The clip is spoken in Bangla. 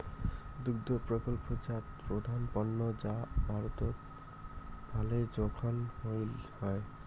দুগ্ধ প্রকল্পজাত প্রধান পণ্য যা ভারতত ভালে জোখন চইল হই